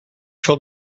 told